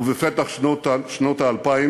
ובפתח שנות האלפיים,